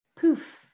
poof